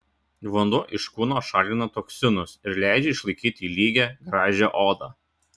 vanduo iš kūno šalina toksinus ir leidžia išlaikyti lygią gražią odą